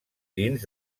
dins